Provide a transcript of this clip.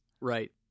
Right